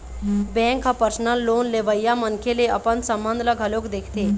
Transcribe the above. bank ह personal loan लेवइया मनखे ले अपन संबंध ल घलोक देखथे